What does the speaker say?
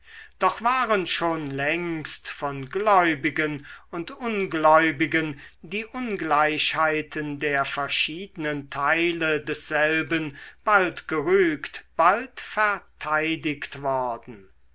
doch waren schon längst von gläubigen und ungläubigen die ungleichheiten der verschiedenen teile desselben bald gerügt bald verteidigt worden